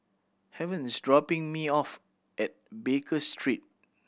Haven is dropping me off at Baker Street